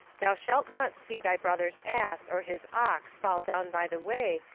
thou shalt not see thy brother's ass or his ox fall down by the way,